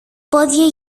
πόδια